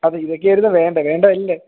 അതെ ഇതൊക്കെയായിരുന്നു വേണ്ടത് വേണ്ടതല്ലേ